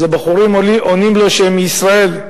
הבחורים עונים לו שהם מישראל.